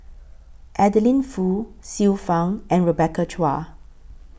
Adeline Foo Xiu Fang and Rebecca Chua